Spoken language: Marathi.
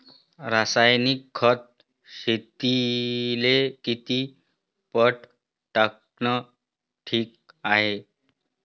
रासायनिक खत शेतीले किती पट टाकनं ठीक हाये?